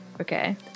Okay